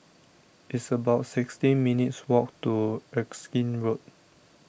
it's about sixteen minutes walk to Erskine Road